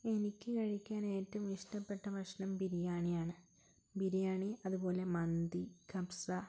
എനിക്ക് കഴിക്കാൻ ഏറ്റവും ഇഷ്ടപ്പെട്ട ഭക്ഷണം ബിരിയാണിയാണ് ബിരിയാണി അതുപോലെ മന്തി കബ്സ ഇതൊക്കെയാണ്